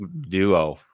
duo